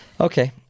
Okay